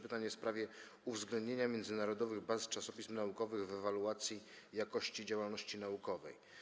Pytanie jest w sprawie uwzględnienia międzynarodowych baz czasopism naukowych w ewaluacji jakości działalności naukowej.